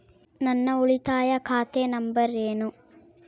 ನನ್ನ ಉಳಿತಾಯ ಖಾತೆ ನಂಬರ್ ಏನು?